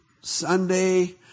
Sunday